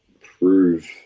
prove